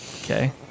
Okay